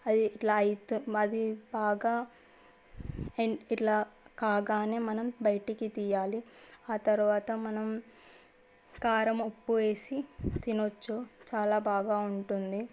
అది ఇట్లా అయితే అది బాగా అండ్ ఇట్లా కాగానే మనం బయటికి తీయాలి ఆ తరువాత మనం కారం ఉప్పు వేసి తినవచ్చు చాలా బాగా ఉంటుంది